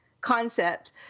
concept